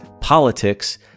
politics